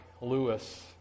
Lewis